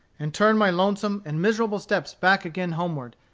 and turned my lonesome and miserable steps back again homeward,